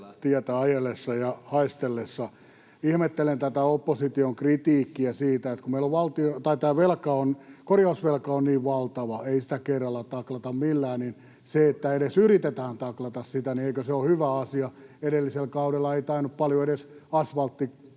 tietä ajellessa ja haistellessa. Ihmettelen tätä opposition kritiikkiä siitä, että kun meillä tämä korjausvelka on niin valtava, ei sitä kerralla taklata millään, niin edes yritetään taklata sitä, eli eikö se ole hyvä asia? Edellisellä kaudella ei tainnut paljon edes asvaltti